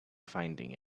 finding